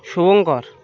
Shubhankar